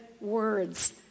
words